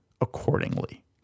accordingly